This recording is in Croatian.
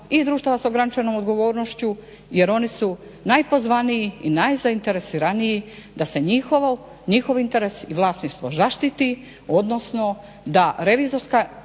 i društava sa ograničenom odgovornošću jer oni su najpozvaniji i najzainteresiraniji da se njihov interes i vlasništvo zaštiti odnosno da revizorska